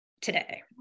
today